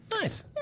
nice